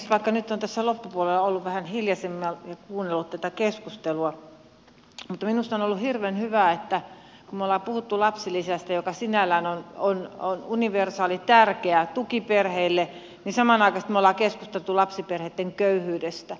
vaikka nyt olen tässä loppupuolella ollut vähän hiljaisempi kun olen kuunnellut tätä keskustelua minusta on ollut hirveän hyvä että kun me olemme puhuneet lapsilisästä joka sinällään on universaali tärkeä tuki perheille niin samanaikaisesti me olemme keskustelleet lapsiperheitten köyhyydestä